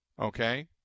okay